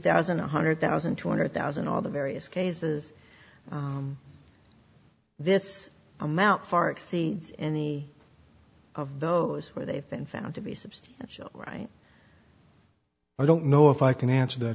thousand one hundred thousand two hundred thousand all the various cases this amount far exceeds any of those where they've been found to be substantial right i don't know if i can answer th